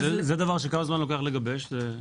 כמה זמן לוקח לגבש את זה?